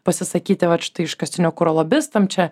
pasisakyti vat štai iškastinio kuro lobistam čia